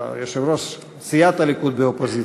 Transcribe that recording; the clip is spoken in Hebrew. יושב-ראש סיעת הליכוד באופוזיציה.